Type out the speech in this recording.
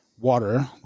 Water